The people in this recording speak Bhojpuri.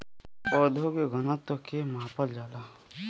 पौधा के घनत्व के मापल जाला